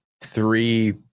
three